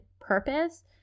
purpose